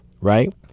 Right